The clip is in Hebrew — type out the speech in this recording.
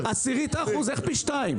איך פי שניים?